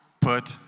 put